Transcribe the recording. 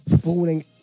falling